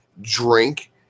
drink